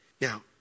Now